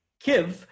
Kiv